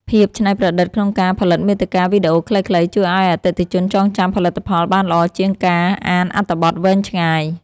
ភាពច្នៃប្រឌិតក្នុងការផលិតមាតិកាវីដេអូខ្លីៗជួយឱ្យអតិថិជនចងចាំផលិតផលបានល្អជាងការអានអត្ថបទវែងឆ្ងាយ។